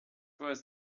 was